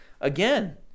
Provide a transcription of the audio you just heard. Again